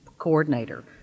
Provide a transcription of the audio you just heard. coordinator